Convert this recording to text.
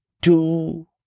two